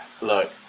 Look